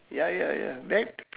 ya ya ya back